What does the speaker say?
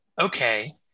okay